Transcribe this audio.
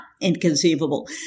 inconceivable